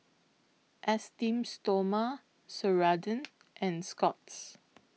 Esteem Stoma Ceradan and Scott's